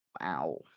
wow